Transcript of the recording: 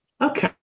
okay